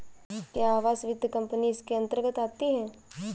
क्या आवास वित्त कंपनी इसके अन्तर्गत आती है?